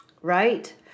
Right